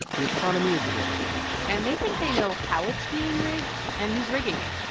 the economy is rigged and they think they know how it's being rigged and who's rigging it